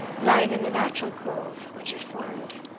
lying in the natural cove which it formed